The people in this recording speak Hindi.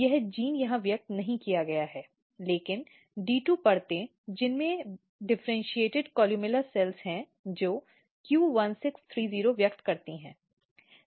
यह जीन यहां व्यक्त नहीं किया गया है लेकिन D2 परतों जिनमें विभेदित कोलुमेला कोशिकाएं हैं जो Q1630 व्यक्त करती हैं